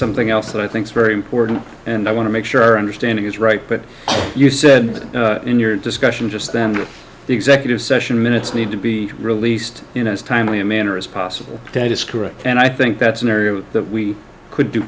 something else that i think is very important and i want to make sure our understanding is right but you said in your discussion just then the executive session minutes need to be released in as timely a manner as possible that is correct and i think that's an area that we could do